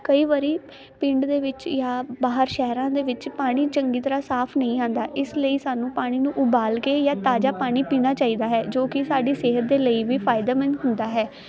ਕਈ ਵਾਰੀ ਪਿੰਡ ਦੇ ਵਿੱਚ ਜਾਂ ਬਾਹਰ ਸ਼ਹਿਰਾਂ ਦੇ ਵਿੱਚ ਪਾਣੀ ਚੰਗੀ ਤਰ੍ਹਾਂ ਸਾਫ਼ ਨਈਂ ਆਂਦਾ ਇਸ ਲਈ ਸਾਨੂੰ ਪਾਣੀ ਨੂੰ ਉਬਾਲ ਕੇ ਜਾਂ ਤਾਜਾ ਪਾਣੀ ਪੀਣਾ ਚਾਈਦਾ ਹੈ ਜੋ ਕੀ ਸਾਡੀ ਸਿਹਤ ਦੇ ਲਈ ਵੀ ਫਾਇਦੇਮੰਦ ਹੁੰਦਾ ਹੈ